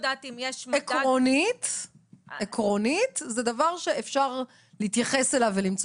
עקרונית זה דבר שאפשר להתייחס אליו ולמצוא